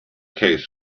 case